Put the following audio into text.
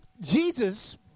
Jesus